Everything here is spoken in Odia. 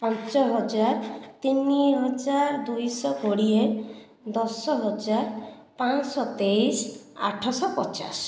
ପାଞ୍ଚ ହଜାର ତିନି ହଜାର ଦୁଇ ଶହ କୋଡ଼ିଏ ଦଶ ହଜାର ପାଞ୍ଚ ଶହ ତେଇଶ ଆଠ ଶହ ପଚାଶ